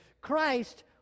Christ